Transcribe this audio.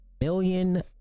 million